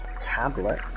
tablet